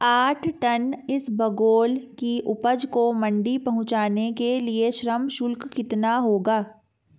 आठ टन इसबगोल की उपज को मंडी पहुंचाने के लिए श्रम शुल्क कितना होगा?